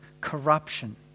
Corruption